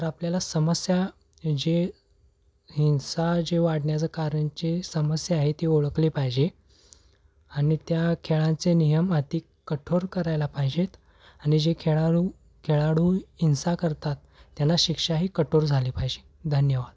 तर आपल्याला समस्या जे हिंसा जे वाढण्याचं कारणची समस्या आहे ती ओळखली पाहिजे आणि त्या खेळांचे नियम अधिक कठोर करायला पाहिजेत आणि जे खेळाडू खेळाडू हिंसा करतात त्यांना शिक्षाही कठोर झाली पाहिजे धन्यवाद